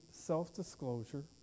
self-disclosure